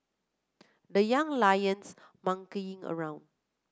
the Young Lions monkeying around